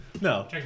No